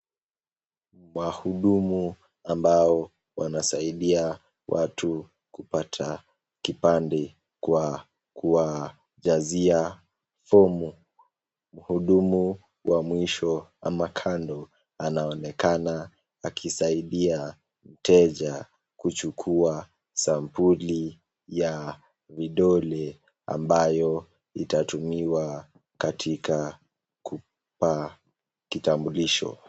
Wadumi ambao wanasaidia watu kupata kipande kwa kuwajazia fomu . Mhudumu wa mwisho ama kando anaonekana akisaidia mteja kiluchukuwa sambuli vidole ambayo itatumiwa katika kumpa kitambulisho.